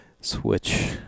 Switch